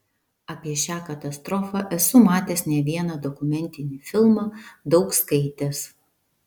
apie šią katastrofą esu matęs ne vieną dokumentinį filmą daug skaitęs